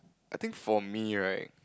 I think for me right